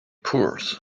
pours